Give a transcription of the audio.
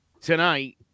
tonight